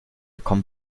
kommt